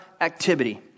activity